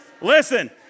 listen